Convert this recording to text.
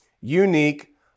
unique